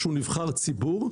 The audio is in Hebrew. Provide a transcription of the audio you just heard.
שהוא נבחר ציבור,